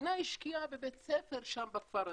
המדינה השקיעה בבית ספר שם בכפר הזה,